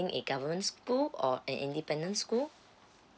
a government school or an independent school